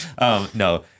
No